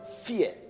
fear